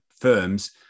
firms